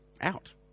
out